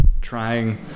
trying